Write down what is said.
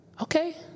Okay